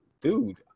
dude